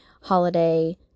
holiday